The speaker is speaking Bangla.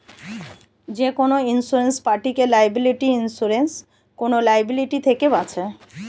যেকোনো ইন্সুরেন্স পার্টিকে লায়াবিলিটি ইন্সুরেন্স কোন লায়াবিলিটি থেকে বাঁচায়